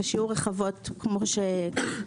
ושיהיו רחבות כנדרש.